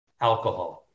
alcohol